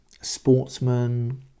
sportsman